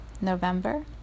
November